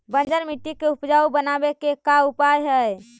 बंजर मट्टी के उपजाऊ बनाबे के का उपाय है?